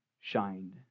shined